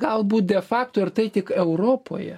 galbūt de fakto ir tai tik europoje